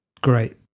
great